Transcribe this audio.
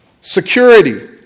security